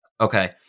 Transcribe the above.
Okay